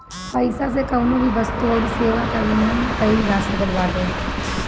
पईसा से कवनो भी वस्तु अउरी सेवा कअ विनिमय कईल जा सकत बाटे